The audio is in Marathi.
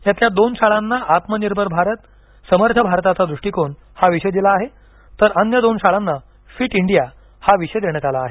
यातल्या दोन शाळांना आत्मनिर्भर भारत समर्थ भारताचा दृष्टीकोन हा विषय दिला आहे तर अन्य दोन शाळांना फिट इंडिया हा विषय देण्यात आला आहे